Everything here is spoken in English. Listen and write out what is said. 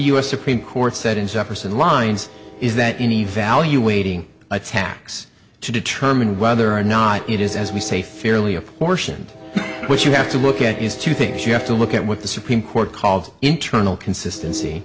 s supreme court said in jefferson lines is that in evaluating a tax to determine whether or not it is as we say fairly apportioned what you have to look at is two things you have to look at what the supreme court called internal consistency